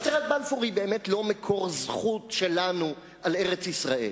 הצהרת בלפור היא באמת לא מקור הזכות שלנו על ארץ-ישראל.